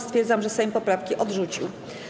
Stwierdzam, że Sejm poprawki odrzucił.